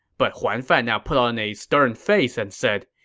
but huan fan now put on a stern face and said,